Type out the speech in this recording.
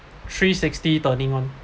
three sixty turning on